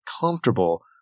comfortable